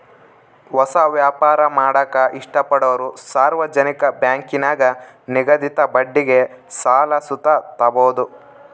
ಹೊಸ ವ್ಯಾಪಾರ ಮಾಡಾಕ ಇಷ್ಟಪಡೋರು ಸಾರ್ವಜನಿಕ ಬ್ಯಾಂಕಿನಾಗ ನಿಗದಿತ ಬಡ್ಡಿಗೆ ಸಾಲ ಸುತ ತಾಬೋದು